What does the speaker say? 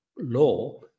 law